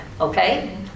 okay